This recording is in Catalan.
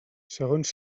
segons